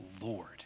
Lord